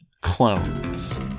clones